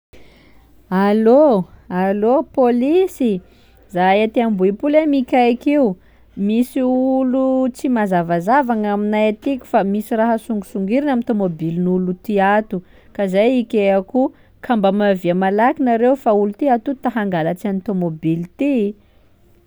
Allô allô pôlisy, zahay aty Ambohipo lay mikaiky io, misy olo tsy mazavazava agnaminay atiky fa misy raha songisongiriny amin'ny tômôbilin'olo ty ato ka zay ikehako io ka mba miavia malaky nareo fa olo ty ato ta hangalatsy an'ity tômôbily ty.